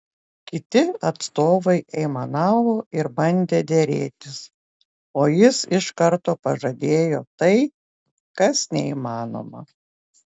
kiti atstovai aimanavo ir bandė derėtis o jis iš karto pažadėjo tai kas neįmanoma